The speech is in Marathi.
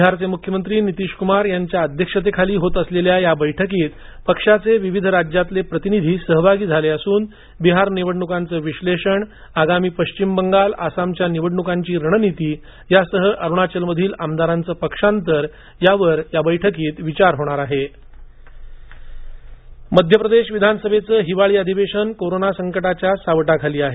बिहारचे मुख्यमंत्री नितीश कुमार यांच्या अध्यक्षतेखाली होत असलेल्या या बैठकीत पक्षाचे विविध राज्यातले पक्षाचे प्रतिनिधी सहभागी झाले असूनबिहार निवडणुकांचे विश्लेषण असाम च्या आगामी पश्चिम बंगालच्या निवडणूकींची रणनीती यासह अरुणाचल मधील आमदारांच पक्षांतर यावर बैठकीत विचार होणार आहे मध्यप्रदेश विधानसभा मध्यप्रदेश विधानसभेचं हिवाळी अधिवेशन कोरोना संकटाच्या सावटाखाली आहे